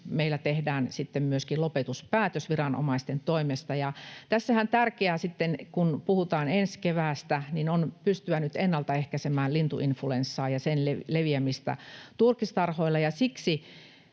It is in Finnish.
meillä tehdään lopetuspäätös viranomaisten toimesta. Tässähän tärkeää sitten, kun puhutaan ensi keväästä, on pystyä ennaltaehkäisemään lintuinfluenssaa ja sen leviämistä turkistarhoilla.